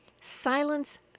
silence